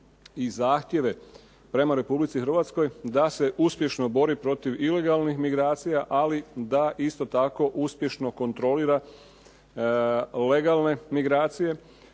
i zahtjeve prema Republici Hrvatskoj da se uspješno bori protiv ilegalnih migracija, ali da isto tako uspješno kontrolira legalne migracije